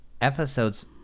episodes